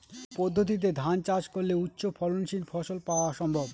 কোন পদ্ধতিতে ধান চাষ করলে উচ্চফলনশীল ফসল পাওয়া সম্ভব?